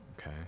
okay